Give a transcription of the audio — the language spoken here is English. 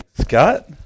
Scott